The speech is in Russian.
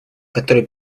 которые